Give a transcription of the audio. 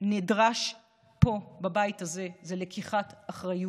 שנדרש פה בבית הזה זה לקיחת אחריות,